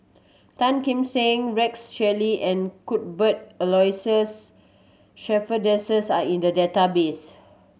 Tan Kim Seng Rex Shelley and Cuthbert Aloysius Shepherdson are in the database